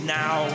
now